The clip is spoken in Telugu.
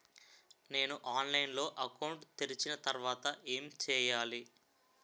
నేను ఆన్లైన్ లో అకౌంట్ తెరిచిన తర్వాత ఏం చేయాలి?